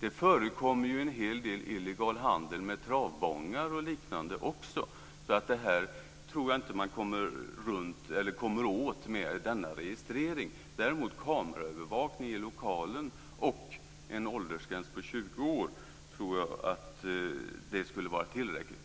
Det förekommer en hel del illegal handel också med travbongar och liknande. Jag tror alltså inte att man kommer åt den brottsliga hanteringen genom registrering. Däremot tror jag att kameraövervakning i lokalen och en åldersgräns på 20 år skulle vara tillräckligt.